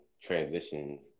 transitions